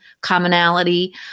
commonality